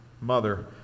mother